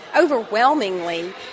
Overwhelmingly